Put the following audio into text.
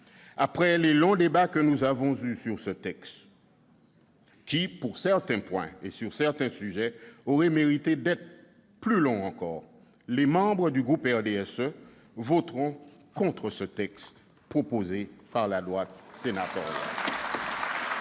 Après les longs débats que nous avons eus sur ce projet de loi, débats qui, sur certains sujets, auraient mérité d'être plus longs encore, les membres du groupe du RDSE voteront contre le texte proposé par la droite sénatoriale.